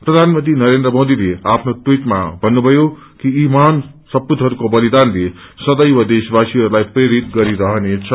प्रधान मंत्रीनरेन्द्र मोदीले आफ्नो टवीटमा भन्नुभयो कि यी महान सपूतहरूको बलिदानले सदैव देशवासीहरूलाई प्रेरित गरिरहनेछ